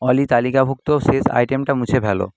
অলি তালিকাভুক্ত শেষ আইটেমটা মুছে ফেল